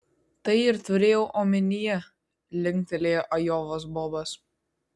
tai ir turėjau omenyje linktelėjo ajovos bobas